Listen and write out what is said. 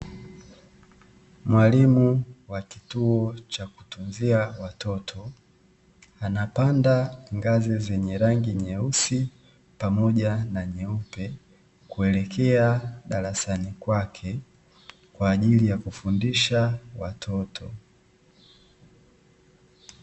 Mwalimu wa kituo cha kutunzia watoto, anapanda ngazi zenye rangi nyeusi, pamoja na nyeupe, kuelekea darasani kwake kwa ajili ya kufundisha watoto.